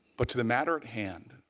but to the matter at hand,